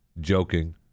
joking